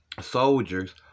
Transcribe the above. soldiers